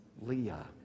Leah